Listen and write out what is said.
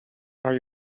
are